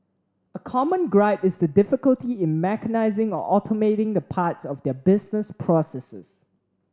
a common gripe is the difficulty in mechanising or automating the parts of their business processes